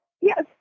yes